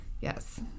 yes